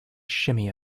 shimmy